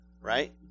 right